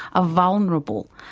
ah vulnerable,